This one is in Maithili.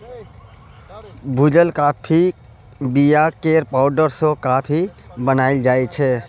भुजल काँफीक बीया केर पाउडर सँ कॉफी बनाएल जाइ छै